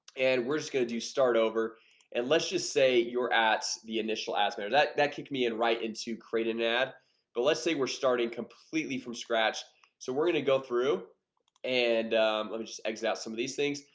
and we're just gonna do start over and let's just say you're at the initial a center that that kicked me in right into crate an ad but let's say we're starting completely from scratch so we're gonna go through and let me just exit out some of these things,